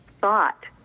thought